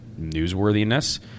newsworthiness